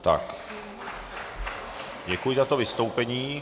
Tak, děkuji za to vystoupení.